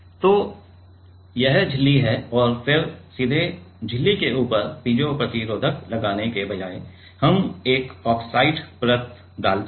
तो यह झिल्ली है और फिर सीधे झिल्ली के ऊपर पीजो प्रतिरोधक लगाने के बजाय हम एक ऑक्साइड परत डालते हैं